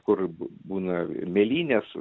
kur b būna mėlynės